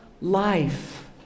life